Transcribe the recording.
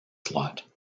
slot